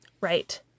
right